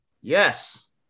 yes